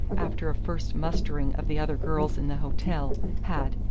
after a first mustering of the other girls in the hotel, had,